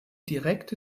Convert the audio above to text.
direkte